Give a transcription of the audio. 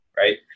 Right